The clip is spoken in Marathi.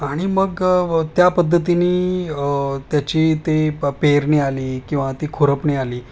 आणि मग त्या पद्धतीने त्याची ती प पेरणी आली किंवा ती खुरपणी आली